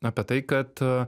apie tai kad